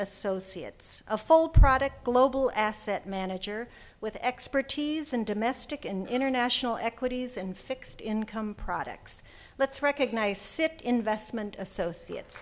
associates a full product global asset manager with expertise in domestic and international equities and fixed income products let's recognize cit investment associates